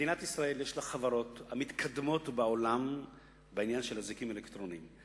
מדינת ישראל יש לה חברות המתקדמות בעולם בעניין של אזיקים אלקטרוניים.